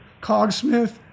Cogsmith